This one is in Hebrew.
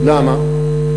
למה?